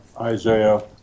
Isaiah